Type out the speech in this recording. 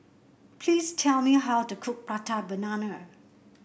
please tell me how to cook Prata Banana